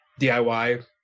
DIY